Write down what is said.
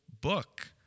book